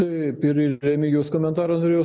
taip ir į remigijaus komentarą norėjau